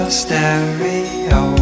stereo